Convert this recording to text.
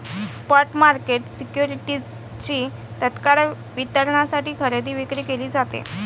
spot market सिक्युरिटीजची तत्काळ वितरणासाठी खरेदी विक्री केली जाते